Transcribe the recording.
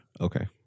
Okay